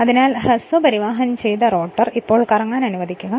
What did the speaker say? അതിനാൽ ഹ്രസ്വ പരിവാഹം ചെയ്ത റോട്ടർ ഇപ്പോൾ കറങ്ങാൻ അനുവദിക്കുക